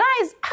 guys